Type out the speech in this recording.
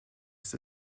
ist